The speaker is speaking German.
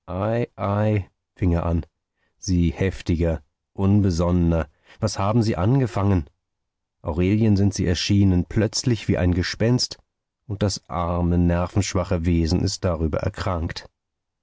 er an sie heftiger unbesonnener was haben sie angefangen aurelien sind sie erschienen plötzlich wie ein gespenst und das arme nervenschwache wesen ist darüber erkrankt